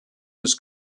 was